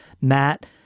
Matt